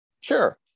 Sure